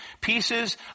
pieces